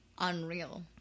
unreal